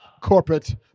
corporate